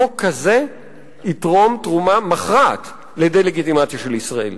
חוק כזה יתרום תרומה מכרעת לדה-לגיטימציה של ישראל.